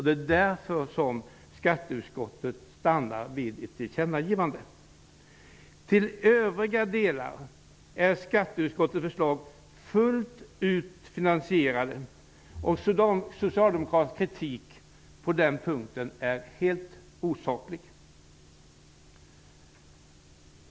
Det är därför som skatteutskottet stannar vid ett tillkännagivande. I övriga delar är skatteutskottets förslag fullt ut finansierade. Socialdemokraternas kritik är också på den punkten helt och hållet osaklig.